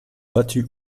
battus